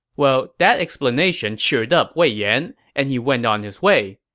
well, that explanation cheered up wei yan, and he went on his way.